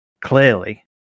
clearly